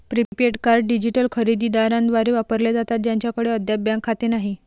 prepaid card digital खरेदी दारांद्वारे वापरले जातात ज्यांच्याकडे अद्याप बँक खाते नाही